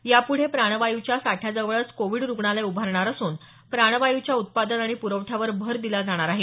यापुढे प्राणवायुच्या साठ्याजवळच कोविड रुग्णालय उभारणार असून प्राणवायुच्या उत्पादन आणि पुरवठ्यावर भर दिला जाणार आहे